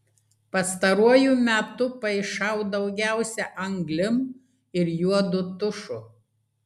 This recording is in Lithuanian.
pastaruoju metu paišau daugiausia anglim ir juodu tušu